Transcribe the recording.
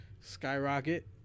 skyrocket